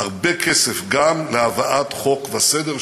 הרבה כסף גם להבאת חוק וסדר,